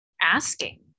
asking